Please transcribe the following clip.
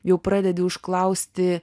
jau pradedi užklausti